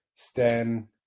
Stan